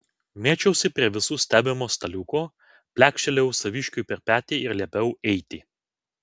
mečiausi prie visų stebimo staliuko plekštelėjau saviškiui per petį ir liepiau eiti